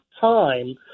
time